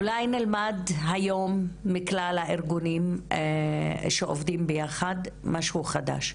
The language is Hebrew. אולי נלמד היום מכלל הארגונים שעובדים ביחד משהו חדש,